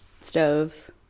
Stoves